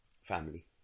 Family